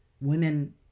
Women